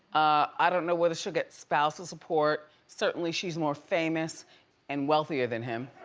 i don't know whether she'll get spousal support, certainly she's more famous and wealthier than him.